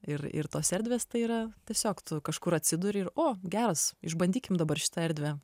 ir ir tos erdvės tai yra tiesiog tu kažkur atsiduri ir o geras išbandykim dabar šitą erdvę